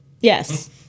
Yes